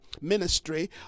ministry